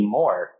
more